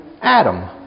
Adam